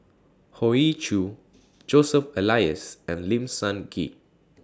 Hoey Choo Joseph Elias and Lim Sun Gee